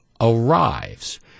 arrives